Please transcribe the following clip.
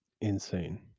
Insane